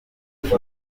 fazil